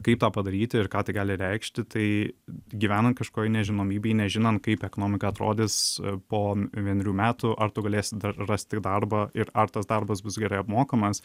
kaip tą padaryti ir ką tai gali reikšti tai gyvenant kažkokioj nežinomybėj nežinant kaip ekonomika atrodys po vienerių metų ar tu galėsi rasti darbą ir ar tas darbas bus gerai apmokamas